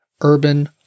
urban